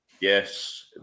Yes